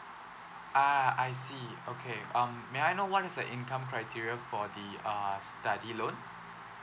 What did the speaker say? ah I see okay um may I know what is the income criteria for the uh study loan